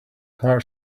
heart